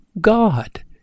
God